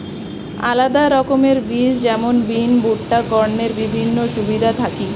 আলাদা রকমের বীজ যেমন বিন, ভুট্টা, কর্নের বিভিন্ন সুবিধা থাকি